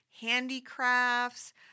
handicrafts